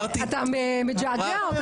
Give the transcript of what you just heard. גם בהצלחה.